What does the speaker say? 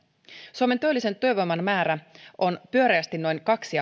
suomen työllisen työvoiman määrä on pyöreästi noin kaksi